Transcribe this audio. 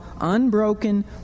unbroken